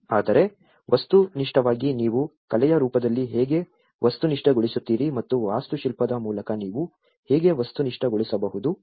ಆದರೆ ವಸ್ತುನಿಷ್ಠವಾಗಿ ನೀವು ಕಲೆಯ ರೂಪದಲ್ಲಿ ಹೇಗೆ ವಸ್ತುನಿಷ್ಠಗೊಳಿಸುತ್ತೀರಿ ಮತ್ತು ವಾಸ್ತುಶಿಲ್ಪದ ಮೂಲಕ ನೀವು ಹೇಗೆ ವಸ್ತುನಿಷ್ಠಗೊಳಿಸಬಹುದು